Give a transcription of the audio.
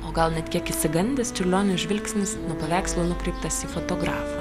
o gal net kiek išsigandęs čiurlionio žvilgsnis nuo paveikslo nukreiptas į fotografą